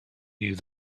you